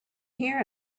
here